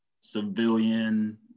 civilian